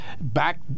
back